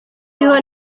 niho